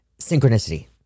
synchronicity